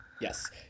Yes